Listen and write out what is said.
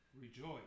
rejoice